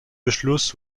beschluss